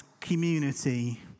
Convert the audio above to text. community